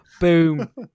Boom